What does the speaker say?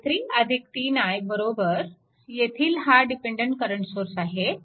i3 3I येथील हा dependent current source आहे